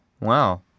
Wow